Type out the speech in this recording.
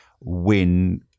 win